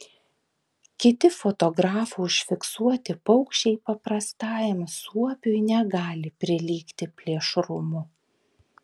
kiti fotografų užfiksuoti paukščiai paprastajam suopiui negali prilygti plėšrumu